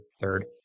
third